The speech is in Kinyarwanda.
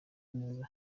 neza